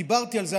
כשדיברתי על זה,